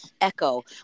echo